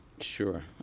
Sure